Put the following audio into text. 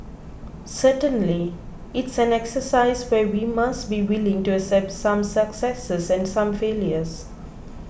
certainly it's an exercise where we must be willing to accept some successes and some failures